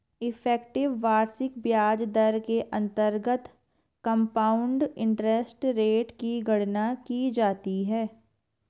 effective वार्षिक ब्याज दर के अंतर्गत कंपाउंड इंटरेस्ट रेट की गणना की जाती है